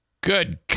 Good